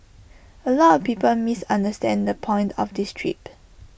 A lot of people misunderstand the point of this trip